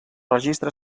registre